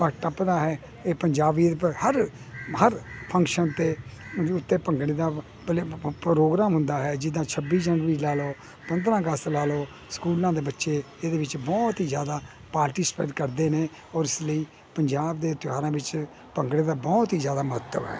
ਟੱਪਦਾ ਹੈ ਇਹ ਪੰਜਾਬੀਅਤ ਹਰ ਹਰ ਫੰਕਸ਼ਨ 'ਤੇ ਉੱਤੇ ਭੰਗੜੇ ਦਾ ਪ੍ਰੋਗਰਾਮ ਹੁੰਦਾ ਹੈ ਜਿੱਦਾਂ ਛੱਬੀ ਜਨਵਰੀ ਲਾ ਲਓ ਪੰਦਰਾਂ ਅਗਸਤ ਲਾ ਲਓ ਸਕੂਲਾਂ ਦੇ ਬੱਚੇ ਇਹਦੇ ਵਿੱਚ ਬਹੁਤ ਹੀ ਜ਼ਿਆਦਾ ਪਾਰਟੀਸਪੇਟ ਕਰਦੇ ਨੇ ਔਰ ਇਸ ਲਈ ਪੰਜਾਬ ਦੇ ਤਿਉਹਾਰਾਂ ਵਿੱਚ ਭੰਗੜੇ ਦਾ ਬਹੁਤ ਹੀ ਜ਼ਿਆਦਾ ਮਹੱਤਵ ਹੈ